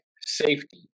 safety